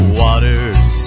waters